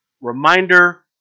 Reminder